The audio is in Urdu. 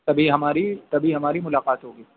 تبھی ہماری تبھی ہماری ملاقات ہوگی